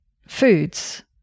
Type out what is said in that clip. foods